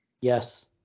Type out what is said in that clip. Yes